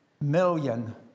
million